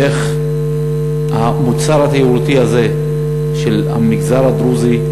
איך המוצר התיירותי הזה של המגזר הדרוזי,